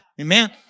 Amen